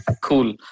cool